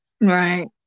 Right